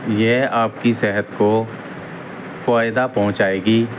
یہ آپ کی صحت کو فائدہ پہنچائے گی